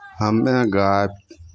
हमे गाय